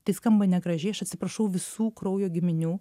tai skamba negražiai aš atsiprašau visų kraujo giminių